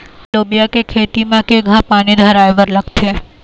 लोबिया के खेती म केघा पानी धराएबर लागथे?